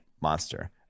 Monster